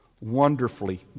wonderfully